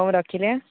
ହଉ ମୁଁ ରଖିଲି ଆଁ